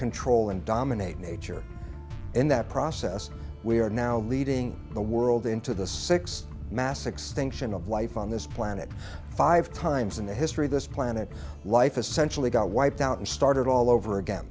control and dominate nature in that process we are now leading the world into the six mass extinction of life on this planet five times in the history of this planet life essentially got wiped out and started all over again